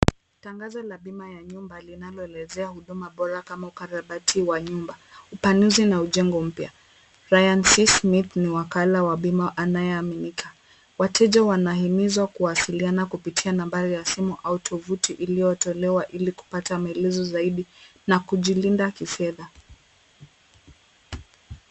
Tangazo juu la bima ya nyumba linaloelezea huduma bora kama ukarabati wa nyumba, upanuzi na ujengo mpya. Ryan C Smith ni wakala wa bima aminika. Wateja wanahimizwa kuwasilliana kupitia nambari ya simu au tovuti iliyotolewa ilikupata maelezo zaidi na kujilinda kifedha.